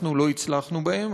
לא הצלחנו בהם,